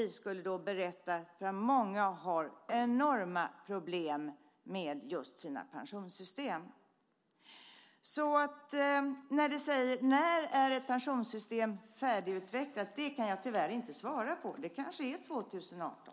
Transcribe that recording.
Många har enorma problem just med sina pensionssystem. Jag kan tyvärr inte svara på frågan när ett pensionssystem är färdigutvecklat. Det kanske är 2018.